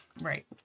Right